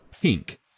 pink